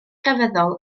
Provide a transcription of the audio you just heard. grefyddol